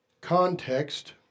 context